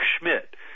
Schmidt